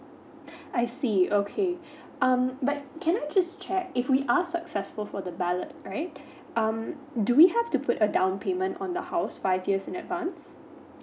I see okay um but can I just check if we are successful for the ballot right um do we have to put a down payment on the house five years in advance